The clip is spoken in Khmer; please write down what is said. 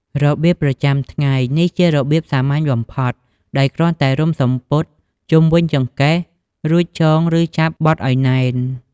របៀបប្រចាំថ្ងៃ នេះជារបៀបសាមញ្ញបំផុត ដោយគ្រាន់តែរុំសំពត់ជុំវិញចង្កេះ រួចចង ឬចាប់បត់ឲ្យណែន។